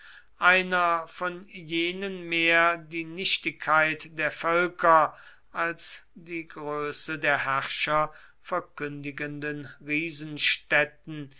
einer von jenen mehr die nichtigkeit der völker als die größe der herrscher verkündigenden